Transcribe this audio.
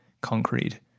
concrete